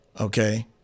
okay